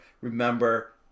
remember